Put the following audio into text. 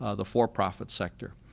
ah the for-profit sector.